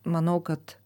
manau kad